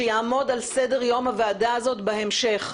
שיעמוד על סדר-יום הוועדה הזאת בהמשך.